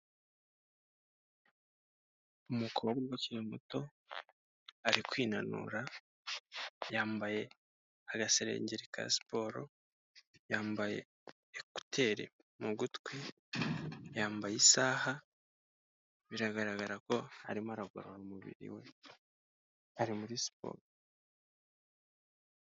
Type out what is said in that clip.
Umukobwa ukiri muto ari kwinanura, yambaye agasengeri ka siporo, yambaye ekuteri, mu gutwi yambaye isaha, biragaragara ko arimo aragorora umubiri we, ari muri siporo.